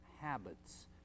habits